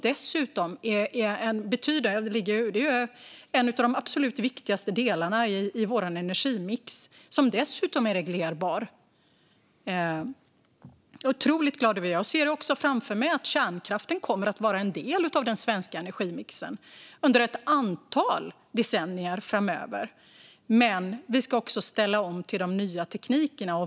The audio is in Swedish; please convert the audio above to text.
Den är en av de absolut viktigaste delarna i vår energimix. Den är dessutom reglerbar. Jag är otroligt glad över den. Jag ser också framför mig att kärnkraften kommer att vara en del av den svenska energimixen under ett antal decennier framöver. Men vi ska också ställa om till de nya teknikerna.